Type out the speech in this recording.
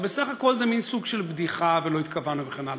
הלוא בסך הכול זה מין סוג של בדיחה ולא התכוונו וכן הלאה.